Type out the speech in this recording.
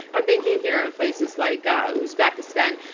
i'm thinking here of places like ah uzbekistan,